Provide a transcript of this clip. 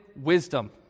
wisdom